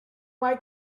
white